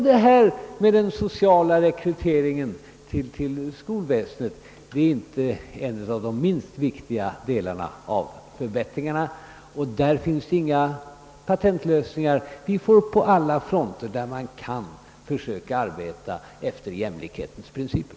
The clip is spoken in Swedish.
Detta med den sociala rekryteringen inom skolväsendet är inte en av de minst viktiga förbättringarna. Det finns inga patentlösningar utan vi får på alla områden försöka arbeta efter jämlikhetens principer.